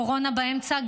קורונה באמצע,